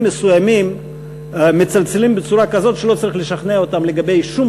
מסוימים מצלצלים בצורה כזאת שלא צריך לשכנע אותם לגבי שום